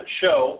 show